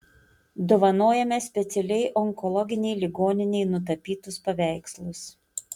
dovanojame specialiai onkologinei ligoninei nutapytus paveikslus